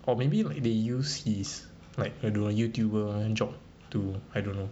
or maybe like they use his like I don't know youtuber job to I don't know